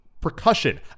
percussion